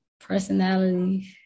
Personality